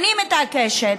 אני מתעקשת,